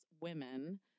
women